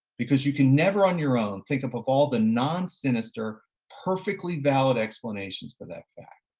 because you can never on your own think of of all the non-sinister perfectly valid explanations for that fact,